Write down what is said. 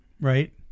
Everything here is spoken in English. Right